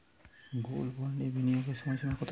Gold বন্ডে বিনিয়োগের সময়সীমা কতো?